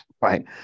Right